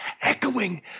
echoing